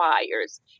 requires